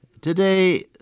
Today